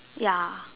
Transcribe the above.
ya